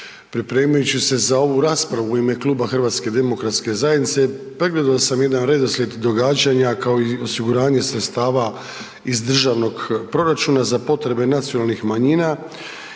Pripremajući se za ovu raspravu u ime Kluba HDZ-a, pregledao sam jedan redoslijed događanja, kao i osiguranje sredstava iz državnog proračuna za potrebe nacionalnih manjina